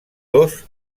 dos